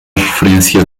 referência